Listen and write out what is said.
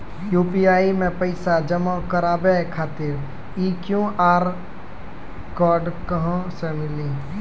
UPI मे पैसा जमा कारवावे खातिर ई क्यू.आर कोड कहां से मिली?